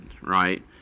right